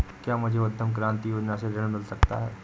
क्या मुझे उद्यम क्रांति योजना से ऋण मिल सकता है?